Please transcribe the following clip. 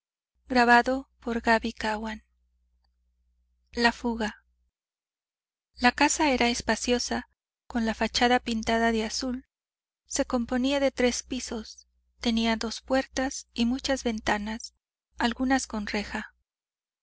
nuevo descender la casa era espaciosa con la fachada pintada de azul se componía de tres pisos tenía dos puertas y muchas ventanas algunas